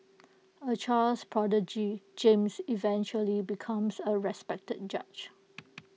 A child's prodigy James eventually becomes A respected judge